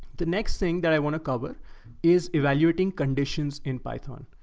the next thing that i want to cover is evaluating conditions in python.